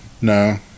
No